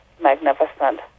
magnificent